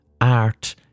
art